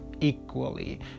equally